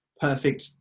perfect